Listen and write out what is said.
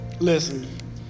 listen